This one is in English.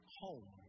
home